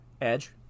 Edge